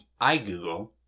iGoogle